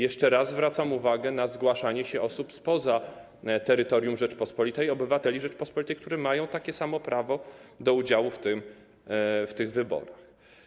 Jeszcze raz zwracam uwagę na zgłaszanie się osób spoza terytorium Rzeczypospolitej, obywateli Rzeczypospolitej, którzy mają takie samo prawo do udziału w tych wyborach.